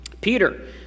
Peter